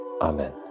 Amen